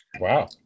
Wow